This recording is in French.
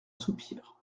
soupir